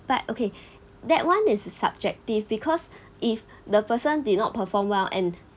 but okay that one is a subjective because if the person did not perform well and